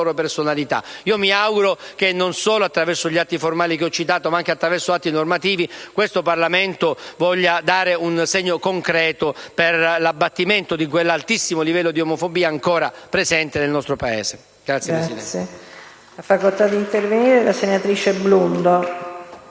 Mi auguro che, non solo attraverso gli atti formali che ho citato, ma anche attraverso atti normativi, questo Parlamento voglia dare un segno concreto per l'abbattimento di quell'altissimo livello di omofobia ancora presente nel nostro Paese. *(Applausi